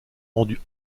rendus